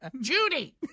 Judy